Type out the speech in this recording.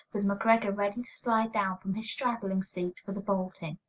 with mcgreggor ready to slide down from his straddling seat for the bolting.